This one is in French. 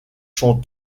sont